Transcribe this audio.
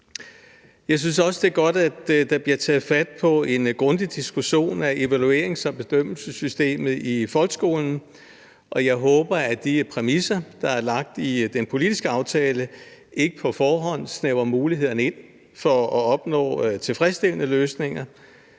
Jeg synes også, det er godt, at der bliver taget fat på en grundig diskussion af evaluerings- og bedømmelsesystemet i folkeskolen, og jeg håber, at de præmisser, der er lagt i den politiske aftale, ikke på forhånd snævrer mulighederne for at opnå tilfredsstillende løsninger